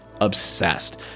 obsessed